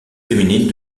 féminine